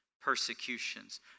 persecutions